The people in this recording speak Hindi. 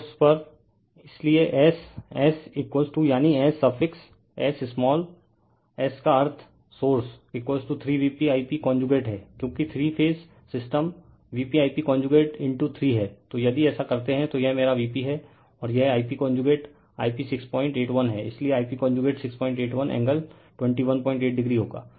रिफर स्लाइड टाइम 2805 अब सोर्स पर इसलिए S s यानी S suffix s small s का अर्थ सोर्स 3VpI p कांजुगेट है क्योंकि three - phase system Vp I p conjugate 3 है तो यदि ऐसा करते हैं तो यह मेरा Vp है और यह I p conjugate I p 681है इसलिए I p conjugate 681 angle 218o होगा